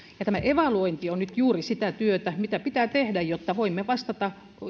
tämä evaluointi on nyt juuri sitä työtä mitä pitää tehdä jotta voimme vastata